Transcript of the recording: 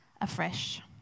afresh